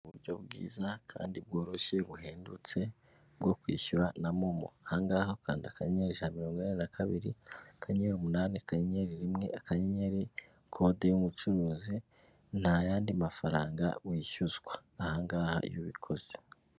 Uburyo bwiza kandi bworoshye buhendutse bwo kwishyura na momo, aha ngaha ukanda akanyenyeri ijana na mirongo inani na kabiri, akanyenyeri, umunani, akanyenyeri, rimwe, akanyenyeri, kode y'umucuruzi, ntayandi mafaranga wishyuzwa aha ngaha iyo ubikoze.